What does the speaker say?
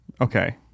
okay